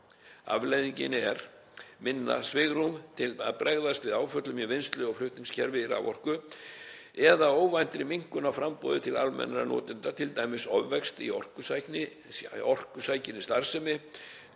Afleiðingin er minna svigrúm til að bregðast við áföllum í vinnslu og flutningskerfi raforku eða óvæntri minnkun á framboði til almennra notenda, t.d. ofvexti í orkusækinni í starfsemi